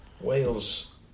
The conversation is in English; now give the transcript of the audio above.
Wales